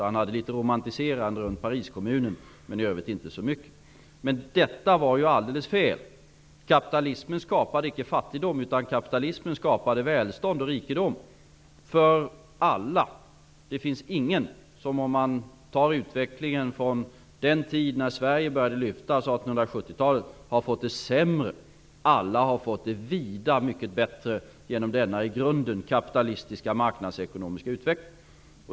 Han ägnade sig åt litet romantiserande av Pariskommunen, men kan inte med så mycket i övrigt. Men detta var ju alldelse fel! Kapitalismen skapade icke fattigdom; den skapade välstånd och rikedom för alla. Om man ser på utvecklingen från den tid då Sverige började lyftas, 1870-talet, finns det ingen som har fått det sämre. Alla har fått det vida mycket bättre genom denna i grunden kapitalistiska marknadsekonomiska utveckling.